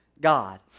God